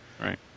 right